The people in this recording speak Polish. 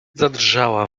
zadrżała